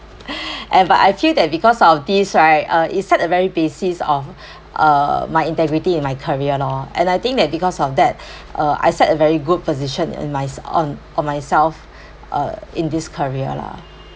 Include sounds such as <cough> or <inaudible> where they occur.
<breath> and but I feel that because of this right uh it set a very basis of <breath> uh my integrity in my career loh and I think that because of that <breath> uh I set a very good position in mys~ on on myself <breath> uh in this career lah